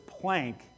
plank